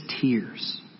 tears